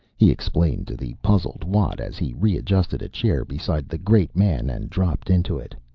he explained to the puzzled watt as he readjusted a chair beside the great man and dropped into it.